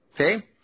Okay